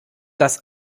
das